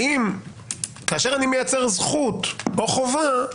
האם כאשר אני מייצר זכות או חובה,